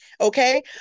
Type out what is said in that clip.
okay